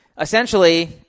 essentially